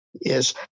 Yes